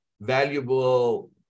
valuable